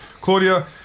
Claudia